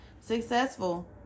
successful